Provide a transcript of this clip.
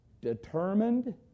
determined